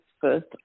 first